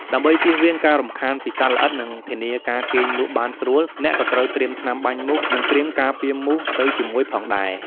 ដើម្បីជៀសវាងការរំខានពីសត្វល្អិត និងធានាការគេងលក់បានស្រួល អ្នកក៏ត្រូវត្រៀម ថ្នាំបាញ់មូស ឬគ្រីមការពារមូស ទៅជាមួយផងដែរ។